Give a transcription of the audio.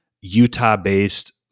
Utah-based